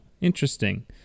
interesting